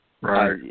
Right